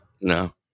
no